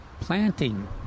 planting